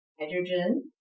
hydrogen